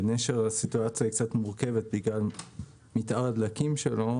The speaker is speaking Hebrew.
בנשר הסיטואציה מעט מורכבת כי גם --- הדלקים שלו,